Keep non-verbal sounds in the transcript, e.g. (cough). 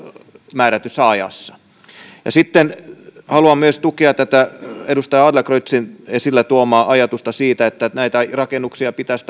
määrätyssä ajassa sitten haluan myös tukea tätä edustaja adlercreutzin esille tuomaa ajatusta siitä että näitä rakennuksia pitäisi (unintelligible)